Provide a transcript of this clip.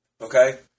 Okay